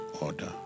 order